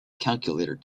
calculator